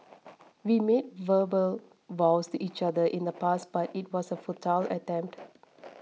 we made verbal vows to each other in the past but it was a futile attempt